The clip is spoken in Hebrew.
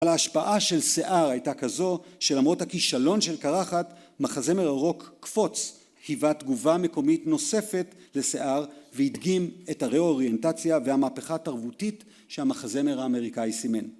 על ההשפעה של שיער הייתה כזו, שלמרות הכישלון של קרחת, מחזמר הרוק קפוץ היווה תגובה מקומית נוספת לשיער והדגים את הריאוריינטציה והמהפכה תרבותית שהמחזמר האמריקאי סימן